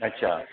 अच्छा